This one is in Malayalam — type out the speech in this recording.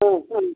ആ